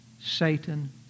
Satan